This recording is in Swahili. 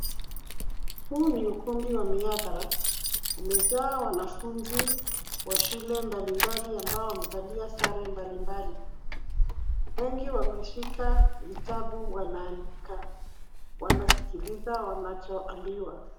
Huu ni ukumbi wa mihadhara . Umejaa wanafunzi wa shule mbalimbali ambao wamevalia sare mbalimbali . Wengi wameshika vitabu wanaandika . Wanasikiliza wanachoambiwa.